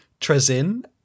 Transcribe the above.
Trezin